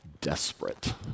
desperate